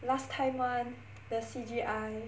last time [one] the C_G_I